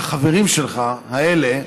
החברים שלך, האלה,